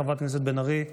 חברת הכנסת בן ארי,